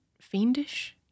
fiendish